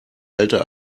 älter